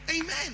Amen